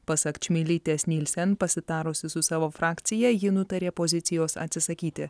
pasak čmilytės nilsen pasitarusi su savo frakcija ji nutarė pozicijos atsisakyti